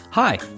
Hi